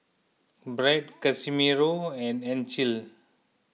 Brandt Casimiro and Ancil